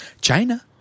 China